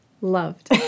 loved